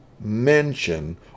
mention